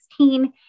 2016